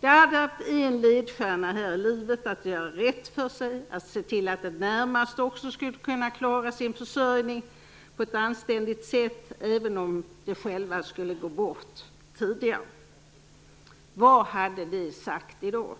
De hade haft en ledstjärna här i livet: att göra rätt för sig och att se till att de närmaste också skulle kunna klara sin försörjning på ett anständigt sätt även om de själva skulle gå bort tidigare. Vad hade de sagt i dag?